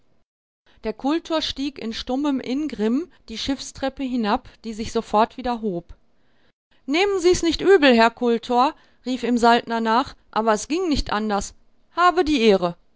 der kultor stieg in stummem ingrimm die schiffstreppe hinab die sich sofort wieder hob nehmen sie's nicht übel herr kultor rief ihm saltner nach aber es ging nicht anders habe die ehre